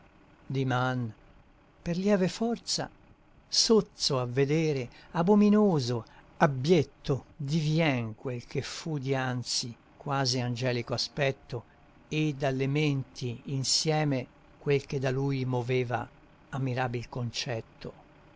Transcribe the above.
diman per lieve forza sozzo a vedere abominoso abbietto divien quel che fu dianzi quasi angelico aspetto e dalle menti insieme quel che da lui moveva ammirabil concetto